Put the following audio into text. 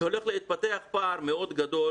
שהולך להתפתח פער מאוד גדול